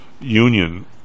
union